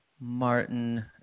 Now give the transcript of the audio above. Martin